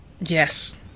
Yes